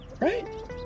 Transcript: Right